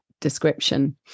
description